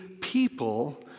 people